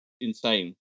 insane